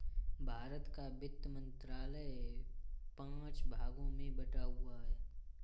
भारत का वित्त मंत्रालय पांच भागों में बटा हुआ है